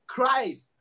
Christ